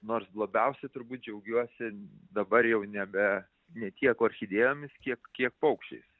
nors labiausiai turbūt džiaugiuosi dabar jau nebe ne tiek orchidėjomis kiek kiek paukščiais